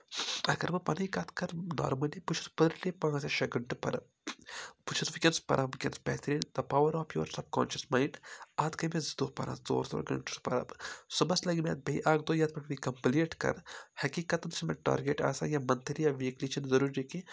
اَگر بہٕ پَنٕنۍ کَتھ کَرٕ نارمٔلی بہٕ چھُس پٔر ڈے پانٛژھ یا شےٚ گنٹہٕ پَران بہٕ چھُس وٕنکؠنَس پَران وٕنکیٚنس بہتریٖن the power of your subconscious mind اَتھ گٔیہِ مےٚ زٕ دۄہ پَران ژور ژور گنٹہٕ چھُس پَران بہٕ صُبحَس لَگہِ مےٚ اَتھ بیٚیہِ اَکھ دۄہ یَتھ منز بہٕ یہِ کَمپلیٖٹ کَرَن حَقیٖقَتَن چھُ مےٚ ٹارگؠٹ آسان یا مَنتھلی یا ویٖکلی چھُنہٕ ضروٗری کینہہ